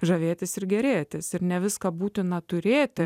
žavėtis ir gėrėtis ir ne viską būtina turėti